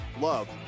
love